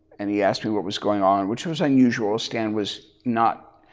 and he asked me what was going on. which was unusual, stan was not.